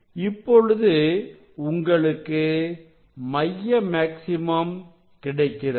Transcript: இப்பொழுது உங்களுக்கு மைய மேக்ஸிமம் கிடைக்கிறது